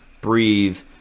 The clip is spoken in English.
breathe